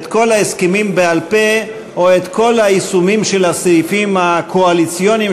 את כל ההסכמים בעל-פה או את כל היישומים של הסעיפים הקואליציוניים,